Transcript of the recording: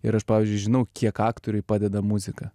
ir aš pavyzdžiui žinau kiek aktoriui padeda muzika